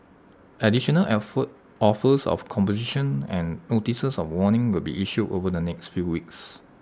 additional offer offers of composition and notices of warning will be issued over the next few weeks